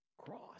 cross